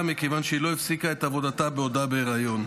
מכיוון שהיא לא הפסיקה את עבודתה בעודה בהיריון.